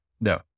No